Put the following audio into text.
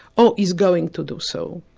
or is going to do so.